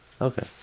Okay